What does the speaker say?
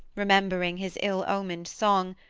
remembering his ill-omened song,